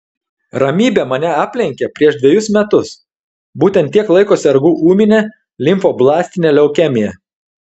ramybė mane aplenkė prieš dvejus metus būtent tiek laiko sergu ūmine limfoblastine leukemija